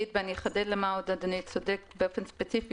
אחדד במה עוד אדוני צודק באופן ספציפי